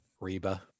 reba